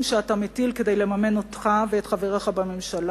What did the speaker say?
שאתה מטיל כדי לממן אותך ואת חבריך בממשלה.